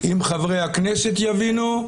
אם חברי הכנסת יבינו,